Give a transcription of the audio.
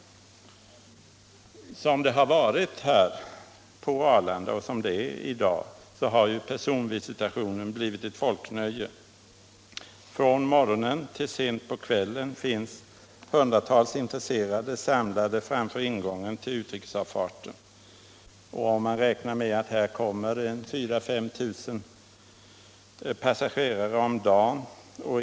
Som det har varit och i dag är på Arlanda har personvisitationen blivit ett folknöje. Från morgonen till sena kvällen finns hundratals åskådare samlade framför ingången till utrikesavfarten. Det kommer 4 000 å 5 000 passagerare om dagen.